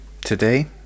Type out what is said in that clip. today